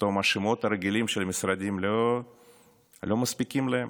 פתאום השמות הרגילים של המשרדים לא מספיקים להם?